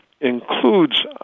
includes